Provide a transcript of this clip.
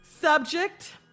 Subject